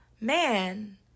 man